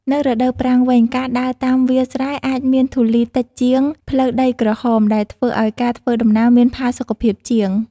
នៅរដូវប្រាំងវិញ ការដើរតាមវាលស្រែអាចមានធូលីតិចជាងផ្លូវដីក្រហម ដែលធ្វើឲ្យការធ្វើដំណើរមានផាសុកភាពជាង។